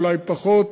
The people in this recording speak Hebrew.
אולי פחות,